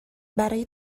برای